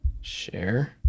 share